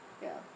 ya